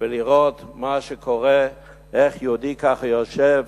ולראות מה שקורה, איך יהודי כך יושב